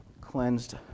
cleansed